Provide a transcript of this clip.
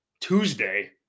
Tuesday